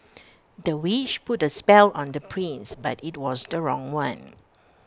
the witch put A spell on the prince but IT was the wrong one